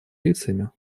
лицами